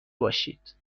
باشید